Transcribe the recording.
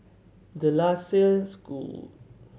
De La Salle School